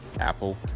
Apple